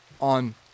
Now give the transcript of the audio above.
on